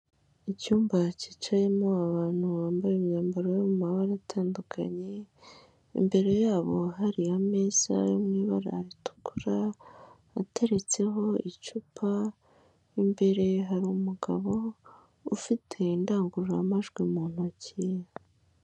Icyumba cyicayemo abantu bambaye imyambaro yo mu mabara atandukanye imbere yabo hari ameza yo mu ibara ritukura ateretseho icupa imbere hari umugabo ufite indangururamajwi mu ntoki.